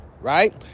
right